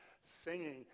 singing